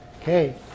Okay